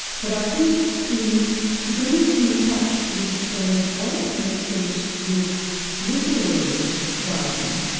but i think in losing touch with those old connections with literary writing,